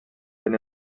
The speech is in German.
wenn